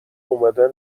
اومدن